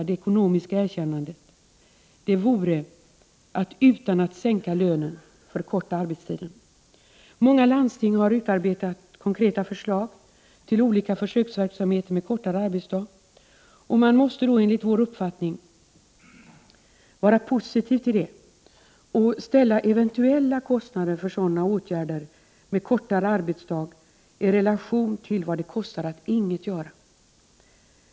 1988/89:44 öka det ekonomiska erkännandet vore att, utan att sänka lönen, förkorta 13 december 1988 arbetstiden. Många landsting har utarbetat konkreta förslag till olika Zi a försöksverksamheter med kortare arbetsdag. Enligt centerns uppfattning måste man vara positiv till detta och ställa eventuella kostnader för sådana åtgärder med kortare arbetsdag i relation till vad det kostar att ingenting göra.